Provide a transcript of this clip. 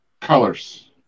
colors